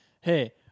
Hey